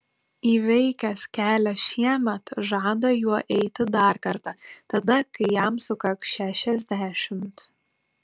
įveikęs kelią šiemet žada juo eiti dar kartą tada kai jam sukaks šešiasdešimt